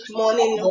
morning